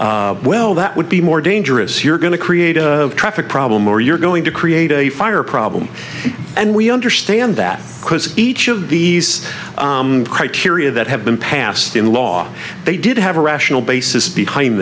saying well that would be more dangerous you're going to create a traffic problem or you're going to create a fire problem and we understand that each of these criteria that have been passed in law they did have a rational basis behind